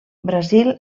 brasil